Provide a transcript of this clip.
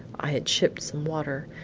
i had shipped some water.